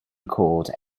called